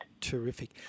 Terrific